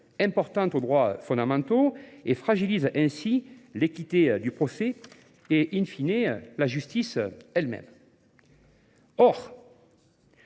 importante au droit fondamental et fragilise ainsi l'équité du procès et, in fine, la justice elle-même. Or,